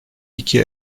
iki